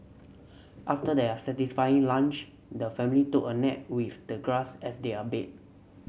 after their satisfying lunch the family took a nap with the grass as their bed